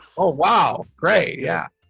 oh, wow. great. yeah.